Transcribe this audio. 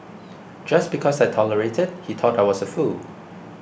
just because I tolerated he thought I was a fool